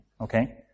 Okay